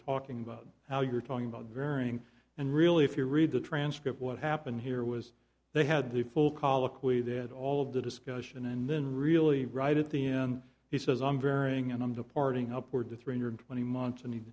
talking about how you're talking about varying and really if you read the transcript what happened here was they had the full colloquy they had all of the discussion and then really right at the end he says i'm varying and i'm departing upward to three hundred twenty months and he